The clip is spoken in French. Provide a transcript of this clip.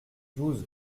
douze